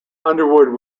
underwood